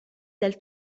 dal